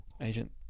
Agent